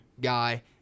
guy